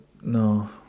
no